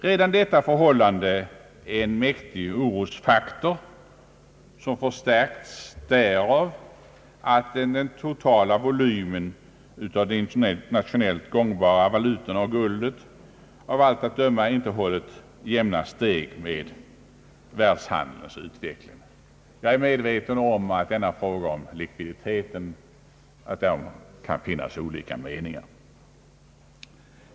Redan detta förhållande är en mäktig orosfaktor, som förstärkts av att den totala volymen av de internationellt gångbara valutorna och guldet av allt att döma inte hållit jämna steg med världshandelns utveckling. Jag är med veten om att det kan finnas olika meningar i frågan om likviditeten.